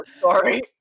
sorry